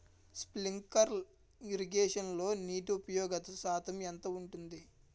Sprinkler ఇరగేషన్లో నీటి ఉపయోగ శాతం ఎంత ఉంటుంది?